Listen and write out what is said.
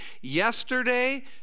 yesterday